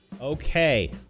Okay